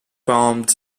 bombed